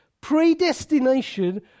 Predestination